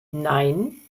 nein